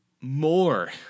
more